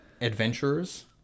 adventurers